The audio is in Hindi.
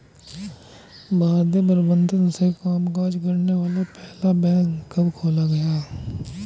भारतीय प्रबंधन से कामकाज करने वाला पहला बैंक कब खोला गया?